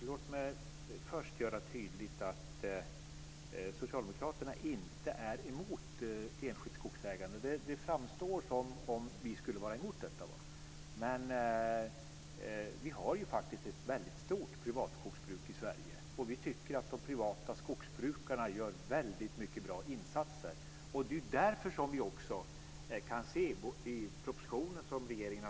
Herr talman! Låt mig först göra tydligt att socialdemokraterna inte är emot enskilt skogsägande. Det framstår som om vi skulle vara emot detta. Vi har faktiskt ett väldigt stort privatskogsbruk i Sverige, och vi tycker att de privata skogsbrukarna gör väldigt många bra insatser.